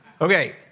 okay